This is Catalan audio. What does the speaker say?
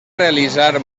realitzar